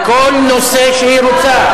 על כל נושא שהיא רוצה.